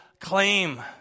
claim